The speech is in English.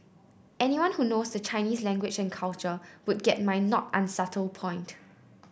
anyone who knows the Chinese language and culture would get my not unsubtle point